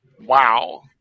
wow